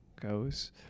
goes